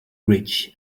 rich